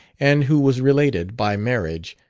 and who was related, by marriage,